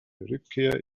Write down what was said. rückkehr